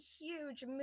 huge